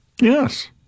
Yes